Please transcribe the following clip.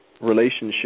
relationship